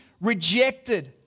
rejected